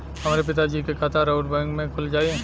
हमरे पिता जी के खाता राउर बैंक में खुल जाई?